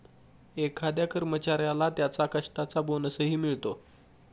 एखाद्या कर्मचाऱ्याला त्याच्या कष्टाचा बोनसही मिळतो